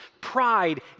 Pride